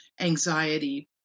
anxiety